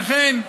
לכן,